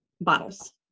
bottles